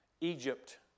Egypt